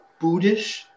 Buddhist